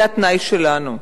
זה התנאי שלנו,